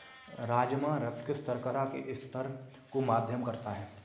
राजमा रक्त शर्करा के स्तर को मध्यम करता है